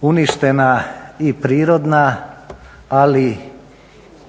uništena i prirodna ali